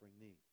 need